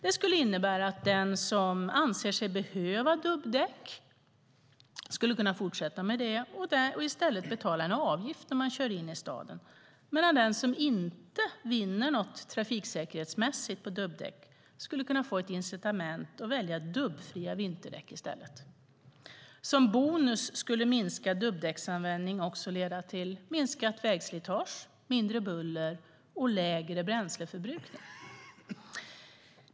Det skulle innebära att den som anser sig behöva dubbdäck skulle kunna fortsätta med det och i stället betala en avgift när man kör in i staden, medan den som inte vinner något trafiksäkerhetsmässigt på dubbdäck skulle kunna få ett incitament att välja dubbfria vinterdäck i stället. Som bonus skulle minskad dubbdäcksanvändning också leda till minskat vägslitage, mindre buller och lägre bränsleförbrukning.